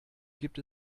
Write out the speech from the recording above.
gibt